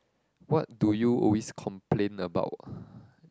what do you always complain about